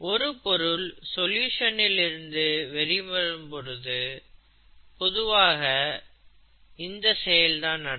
ஒரு பொருள் சொல்யூஷன் இல் இருந்து வெளிவரும் பொழுது பொதுவாக இந்த செயல் தான் நடக்கும்